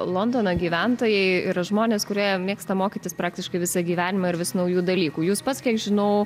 londono gyventojai yra žmonės kurie mėgsta mokytis praktiškai visą gyvenimą ir vis naujų dalykų jūs pats kiek žinau